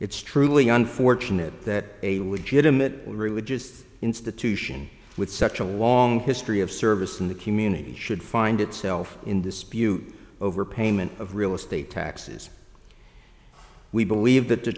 it's truly unfortunate that a widget in that religious institution with such a long history of service in the community should find itself in dispute over payment of real estate taxes we believe that the